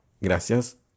gracias